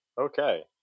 Okay